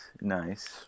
nice